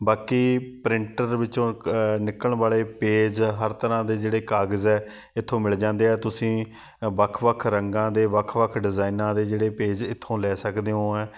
ਬਾਕੀ ਪ੍ਰਿੰਟਰ ਵਿੱਚੋਂ ਕ ਨਿਕਲਣ ਵਾਲੇ ਪੇਜ ਹਰ ਤਰ੍ਹਾਂ ਦੇ ਜਿਹੜੇ ਕਾਗਜ਼ ਹੈ ਇੱਥੋਂ ਮਿਲ ਜਾਂਦੇ ਆ ਤੁਸੀਂ ਵੱਖ ਵੱਖ ਰੰਗਾਂ ਦੇ ਵੱਖ ਵੱਖ ਡਿਜ਼ਾਇਨਾਂ ਦੇ ਜਿਹੜੇ ਪੇਜ ਇੱਥੋਂ ਲੈ ਸਕਦੇ ਹੋ ਹੈ